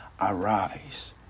arise